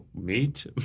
Meet